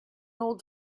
old